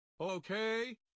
Okay